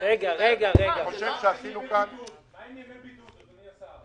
--- מה עם ימי בידוד, אדוני השר?